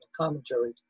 Commentary